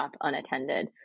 unattended